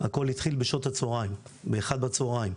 הכול התחיל ב-13:00 בצוהריים,